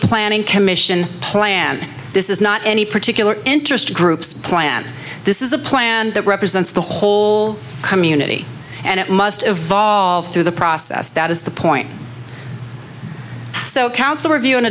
planning commission plan this is not an particular interest groups plan this is a plan that represents the whole community and it must evolve through the process that is the point so council review